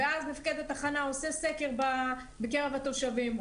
ואז מפקד התחנה עושה סקר בקרב התושבים,